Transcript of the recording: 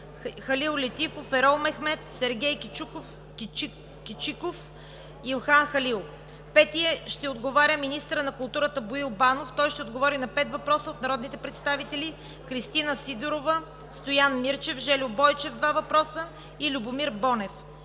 Халил Летифов, Ерол Мехмед, Сергей Кичиков и Ихсан Халил. 5. Министърът на културата Боил Банов ще отговори на пет въпроса от народните представители Кристина Сидорова; Стоян Мирчев; Жельо Бойчев – два въпроса; и Любомир Бонев.